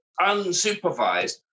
unsupervised